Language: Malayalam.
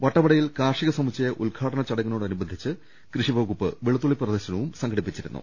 വട്ടവടയിൽ കാർഷിക സമുച്ചയം ഉദ്ഘാടനചട ങ്ങിനോടനുബന്ധിച്ച് കൃഷി വകുപ്പ് വെളുത്തുള്ളി പ്രദർശനവും സംഘടി പ്പിച്ചിരുന്നു